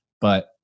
but-